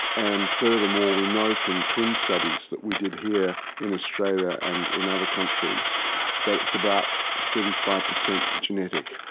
and furthermore we know from twin studies that we did here in australia and in other countries that it's about thirty five percent genetic,